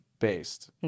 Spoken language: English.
based